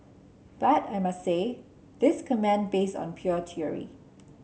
but I must say this comment based on pure theory